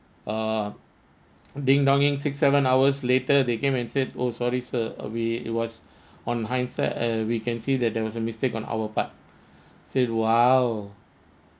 uh ding-donging six seven hours later they came and said oh sorry sir uh we was on hindsight uh we can see that there was a mistake on our part said !wow!